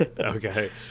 Okay